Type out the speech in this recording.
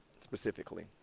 specifically